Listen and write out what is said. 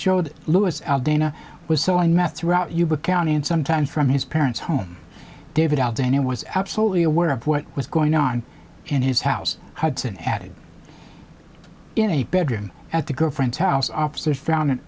showed louis dana was so i met throughout yuba county and sometimes from his parents home david out there and it was absolutely aware of what was going on in his house hudson added in a bedroom at the girlfriend's house officers found